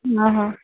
हां हां